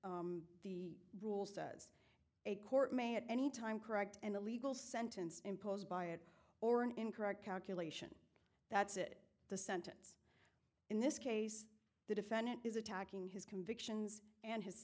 the rule says a court may at any time correct an illegal sentence imposed by it or an incorrect calculation that's it the sentence in this case the defendant is attacking his convictions and his